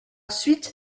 suite